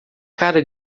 cara